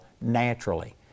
naturally